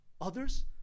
others